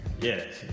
Yes